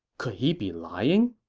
could he be lying?